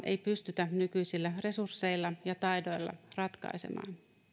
ei pystytä nykyisillä resursseilla ja taidoilla ratkaisemaan